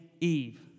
Eve